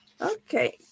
Okay